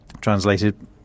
translated